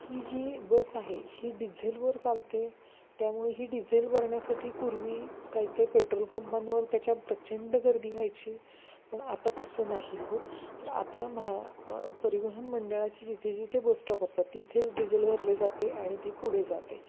ही जी बस आहे ही डिझेलवर चालते त्यामुळे ही डिझेल भरण्यासाठी पूर्वी काही काही पेट्रोल पंपांवर त्याच्या प्रचंड गर्दी व्हायची पण आता तसं नाही होत तर आता महा परिवहन मंडळाचे जिथे जिथे बस स्टॉप असतात तिथेच डिझेल भरले जाते आणि ती पुढे जाते